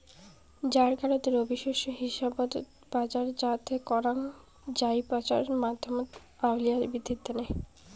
জ্বারকালত রবি শস্য হিসাবত বাজারজাত করাং যাই পচার মাধ্যমত আউয়াল বিদ্ধির তানে